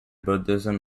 buddhism